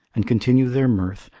and continue their mirth,